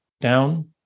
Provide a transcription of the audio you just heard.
down